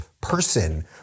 person